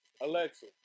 Alexa